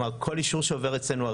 כל אישור שעובר אצלנו,